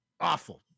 Awful